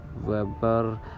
Weber